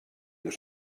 dos